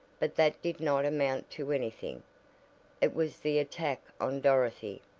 but that did not amount to anything it was the attack on dorothy,